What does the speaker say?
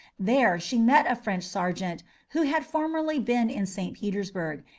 there she met a french sergeant who had formerly been in st. petersburg,